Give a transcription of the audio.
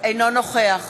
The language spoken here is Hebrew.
אינו נוכח